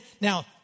Now